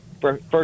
first